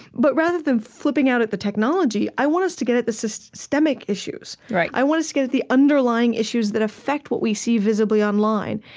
but rather than flipping out at the technology, i want us to get at the systemic issues. i want us to get at the underlying issues that affect what we see visibly online.